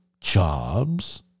jobs